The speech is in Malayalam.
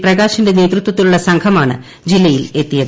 പ്രകാശിന്റെ നേതൃത്വത്തിലുള്ള സംഘമാണ് ജില്ലയിലെത്തിയത്